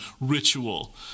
ritual